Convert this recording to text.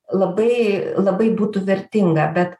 labai labai būtų vertinga bet